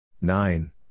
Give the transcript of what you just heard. nine